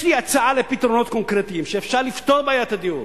יש לי הצעה לפתרונות קונקרטיים שמאפשרים לפתור את בעיית הדיור.